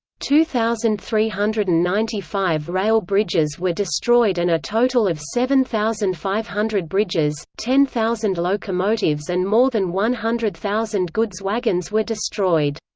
two thousand three hundred and ninety five rail bridges were destroyed and a total of seven thousand five hundred bridges, ten thousand locomotives and more than one hundred thousand goods wagons were destroyed.